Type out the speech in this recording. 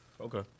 Okay